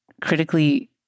critically